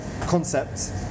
concepts